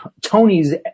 Tony's